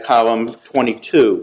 column twenty two